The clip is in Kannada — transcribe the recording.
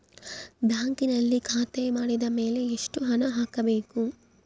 ಬ್ಯಾಂಕಿನಲ್ಲಿ ಖಾತೆ ಮಾಡಿದ ಮೇಲೆ ಎಷ್ಟು ಹಣ ಹಾಕಬೇಕು?